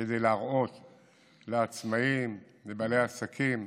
כדי להראות לעצמאים, לבעלי עסקים,